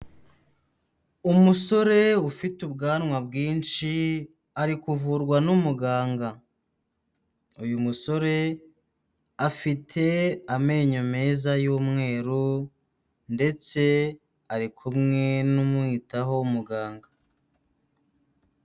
Umusore ufite ubwanwa bwinshi ari kuvurwa n'umuganga, uyu musore afite amenyo meza y'umweru ndetse ari kumwe n'umwitaho w'umuganga.